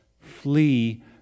Flee